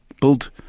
build